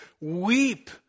Weep